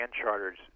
charters